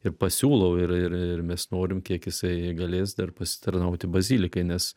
ir pasiūlau ir ir mes norim kiek jisai galės dar pasitarnauti bazilikai nes